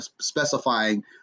specifying